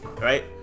Right